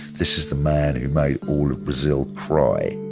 this is the man who made all of brazil cry.